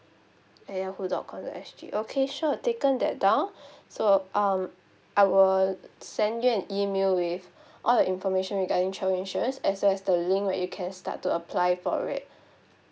at yahoo dot com dot S_G okay sure taken that down so um I will send you an email with all the information regarding travel insurance as well as the link where you can start to apply for it